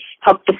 help